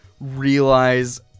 realize